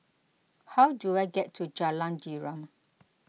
how do I get to Jalan Derum